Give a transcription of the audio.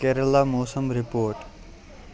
کیرالہ موسم رِپورٹ